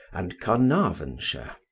and carnarvonshire,